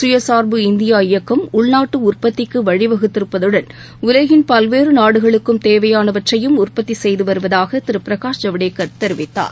சுயசார்பு இந்தியா இயக்கம் உள்நாட்டு உற்பத்திக்கு வழிவகுத்திருப்பதுடன் உலகின் பல்வேறு நாடுகளுக்கும் தேவையாளவற்றையும் உற்பத்தி செய்து வருவதாக திரு பிரகாஷ் ஜவடேகர் தெரிவித்தார்